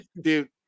dude